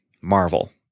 Marvel